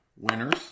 winners